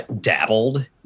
dabbled